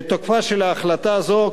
תוקפה של ההחלטה הזו,